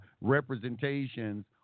representations